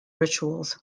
rituals